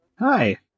Hi